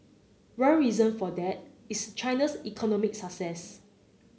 one reason for that is China's economic success